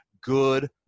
good